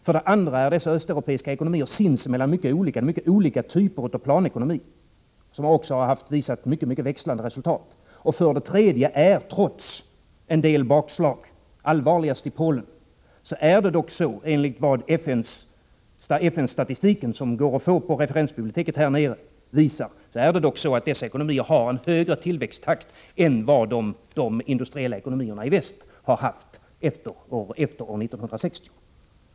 För det andra är dessa östeuropeiska ekonomier sinsemellan mycket olika — mycket olika typer av planekonomi som visat mycket växlande resultat. För det tredje är det trots en del bakslag, allvarligast i Polen, dock så enligt FN-statistiken, som går att få på referensbiblioteket här i riksdagshuset, att dessa ekonomier har en högre tillväxttakt än vad de industriella ekonomierna i väst har haft efter år 1960.